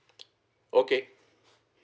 okay